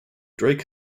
drake